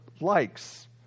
likes